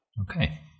Okay